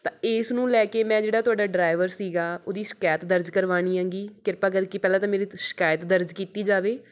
ਤਾਂ ਇਸ ਨੂੰ ਲੈ ਕੇ ਮੈਂ ਜਿਹੜਾ ਤੁਹਾਡਾ ਡਰਾਇਵਰ ਸੀਗਾ ਉਹਦੀ ਸ਼ਿਕਾਇਤ ਦਰਜ ਕਰਵਾਉਣੀ ਹੈਗੀ ਕਿਰਪਾ ਕਰਕੇ ਪਹਿਲਾਂ ਤਾਂ ਮੇਰੀ ਤੁਸੀਂ ਸ਼ਿਕਾਇਤ ਦਰਜ ਕੀਤੀ ਜਾਵੇ